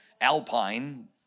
alpine